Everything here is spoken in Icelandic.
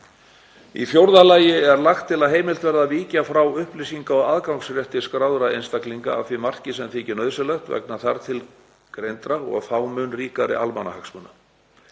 Í fjórða lagi er lagt til að heimilt verði að víkja frá upplýsinga- og aðgangsrétti skráðra einstaklinga að því marki sem þykir nauðsynlegt vegna þar til greindra, og þá mun ríkari, almannahagsmuna